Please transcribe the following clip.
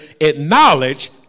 acknowledge